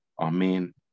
Amen